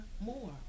more